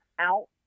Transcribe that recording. out